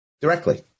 Directly